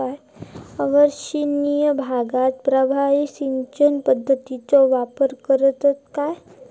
अवर्षणिय भागात प्रभावी सिंचन पद्धतीचो वापर करतत काय?